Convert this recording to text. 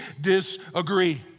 disagree